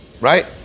right